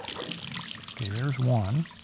okay, there's one.